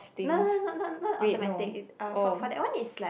no no not not not automatic for for that one is like